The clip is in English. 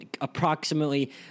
approximately